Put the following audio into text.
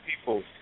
people